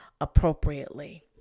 appropriately